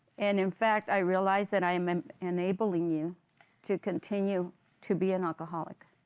and, in fact, i realize that i am enabling you to continue to be an alcoholic,